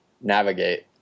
navigate